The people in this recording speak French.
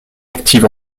active